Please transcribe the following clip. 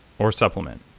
or supplement.